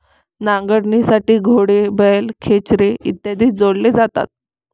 नांगरणीसाठी घोडे, बैल, खेचरे इत्यादी जोडले जातात